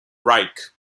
reich